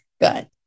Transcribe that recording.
good